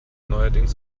neuerdings